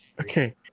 Okay